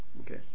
Okay